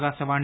Akashvani